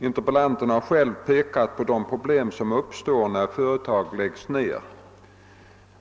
Interpellanten har själv pekat på de problem som uppstår när företag läggs ner.